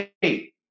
Hey